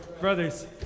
Brothers